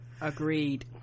agreed